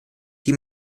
die